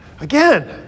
Again